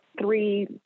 three